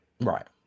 Right